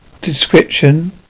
description